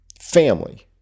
Family